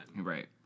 Right